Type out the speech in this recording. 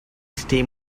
steam